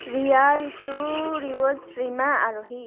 Riya Ritu Riwaj Rima Aarohi